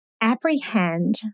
apprehend